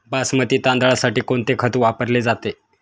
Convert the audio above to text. बासमती तांदळासाठी कोणते खत वापरले जाते?